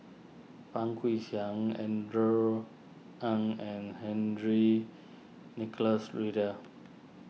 Fang Guixiang Andrew Ang and Henry Nicholas Ridley